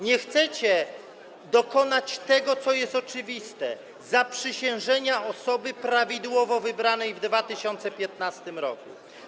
Nie chcecie dokonać tego, co jest oczywiste: zaprzysiężenia osoby prawidłowo wybranej w 2015 r.